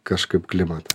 kažkaip klimatą